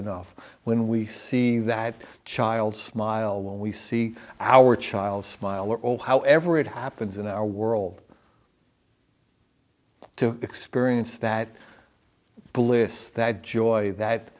enough when we see that child smile when we see our child smile are all however it happens in our world to experience that bullis that joy that